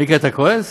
מיקי, אתה כועס?